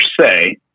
say